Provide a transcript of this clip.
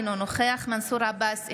אינו נוכח מנסור עבאס,